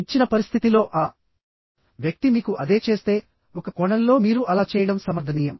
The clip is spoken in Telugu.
ఇచ్చిన పరిస్థితిలో ఆ వ్యక్తి మీకు అదే చేస్తే ఒక కోణంలో మీరు అలా చేయడం సమర్థనీయం